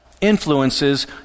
influences